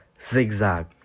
zigzag